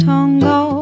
Tango